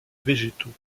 végétaux